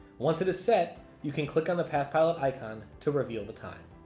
once it is set, you can click on the pathpilot icon to reveal the time.